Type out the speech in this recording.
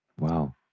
Wow